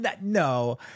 No